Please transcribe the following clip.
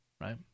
right